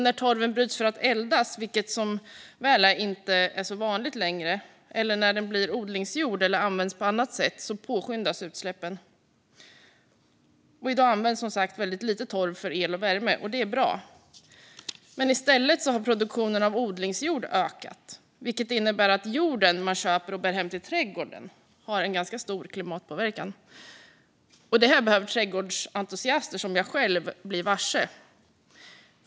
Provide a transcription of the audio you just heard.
När torven bryts för att eldas, vilket som väl är inte är så vanligt längre, eller när den blir odlingsjord eller används på annat sätt påskyndas utsläppen. I dag används som sagt väldigt lite torv för el och värme, och det är bra. I stället har dock produktionen av odlingsjord ökat, vilket innebär att jorden man köper och bär hem till trädgården har ganska stor klimatpåverkan. Detta behöver trädgårdsentusiaster som jag själv bli varse.